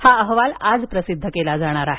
हा अहवाल आज प्रसिद्ध केला जाणार आहे